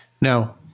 Now